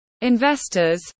investors